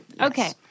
Okay